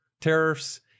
tariffs